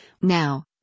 Now